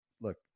look